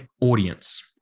audience